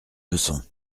leçons